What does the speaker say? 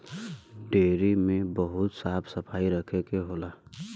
dairy में बहुत साफ सफाई रखे के होला